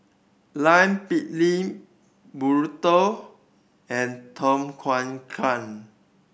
Lime Pickle Burrito and Tom Kha Gai